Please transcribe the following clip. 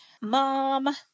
mom